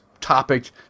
topic